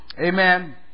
Amen